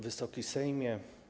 Wysoki Sejmie!